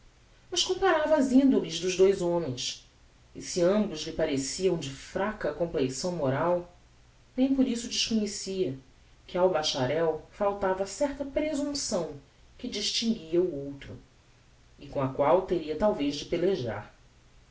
mas comparava as indoles dos dous homens e se ambos lhe pareciam de fraca compleixão moral nem por isso desconhecia que ao bacharel faltava certa presumpção que distinguia o outro e com a qual teria talvez de pelejar